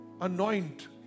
anoint